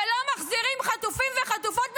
ולא מחזירים חטופים וחטופות,